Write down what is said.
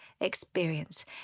experience